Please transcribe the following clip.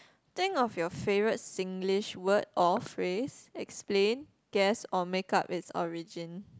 think of your favourite Singlish word or phrase explain guess or make up its origin